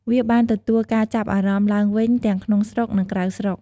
វាបានទទួលការចាប់អារម្មណ៍ឡើងវិញ ទាំងក្នុងស្រុក និងក្រៅស្រុក។